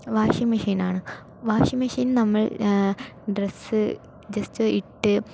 washing machine ആണ് washing machine നമ്മൾ dress just ഇട്ട്